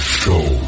show